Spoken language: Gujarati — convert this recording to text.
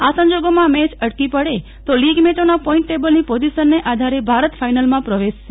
આ સંજોગોમાં મેચ અટકી પડે તો લીગ મેચોના પોઇન્ટ ટેબલની પોઝિશનને આધારે ભારત ફાઇનલમાં પ્રવેશશે